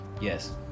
Yes